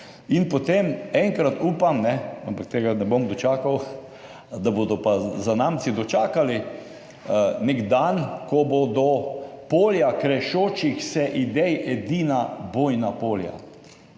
In potem enkrat upam, ampak tega ne bom dočakal, da bodo zanamci dočakali nek dan, ko bodo polja krešočih se idej edina bojna polja,